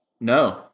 No